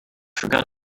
forgot